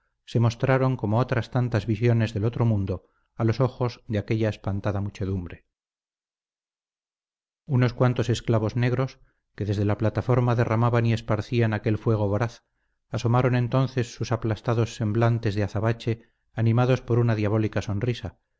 se mostraron como otras tantas visiones del otro mundo a los ojos de aquella espantada muchedumbre unos cuantos esclavos negros que desde la plataforma derramaban y esparcían aquel fuego voraz asomaron entonces sus aplastados semblantes de azabache animados por una diabólica sonrisa